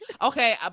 Okay